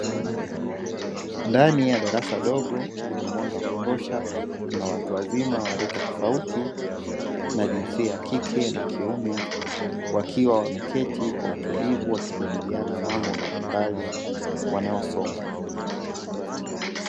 Ndani ya darasa dago lenye mwanga wa kutosha kuna watu wazima wa rika tofauti, na jinsia ya kike na kiume wakiwa wameketi kwa utulivu wakijadiliana mambo mbalimbali wanayosoma.